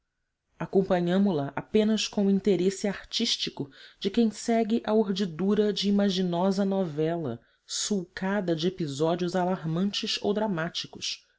administrativas acompanhamo la apenas com o interesse artístico de quem segue a urdidura de imaginosa novela sulcada de episódios alarmantes ou dramáticos